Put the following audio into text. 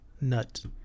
Nut